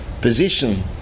position